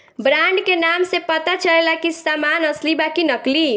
brand के नाम से पता चलेला की सामान असली बा कि नकली